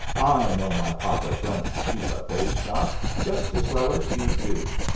i know my papa don't keep a bake-shop just as well as you do.